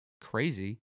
crazy